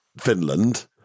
finland